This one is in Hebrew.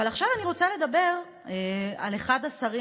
אבל עכשיו אני רוצה לדבר על אחד השרים